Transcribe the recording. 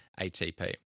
ATP